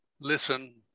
listen